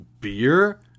beer